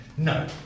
No